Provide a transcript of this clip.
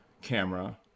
camera